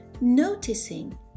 Noticing